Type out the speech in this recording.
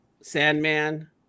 Sandman